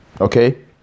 Okay